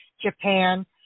Japan